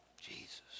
Jesus